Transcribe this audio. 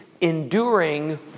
enduring